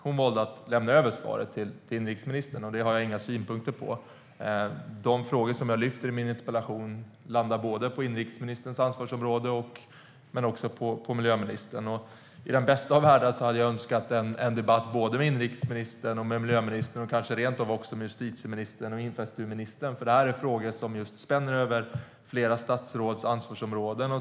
Hon valde att lämna över svaret till inrikesministern, och det har jag inga synpunkter på. De frågor som jag lyfter fram i min interpellation landar på både inrikesministerns och miljöministerns ansvarsområde. I den bästa av världar hade jag önskat en debatt med såväl inrikesministern som miljöministern och kanske rentav också med justitieministern och infrastrukturministern, för detta är frågor som spänner över flera statsråds ansvarsområden.